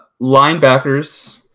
Linebackers